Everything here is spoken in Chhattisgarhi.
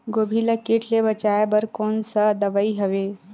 गोभी ल कीट ले बचाय बर कोन सा दवाई हवे?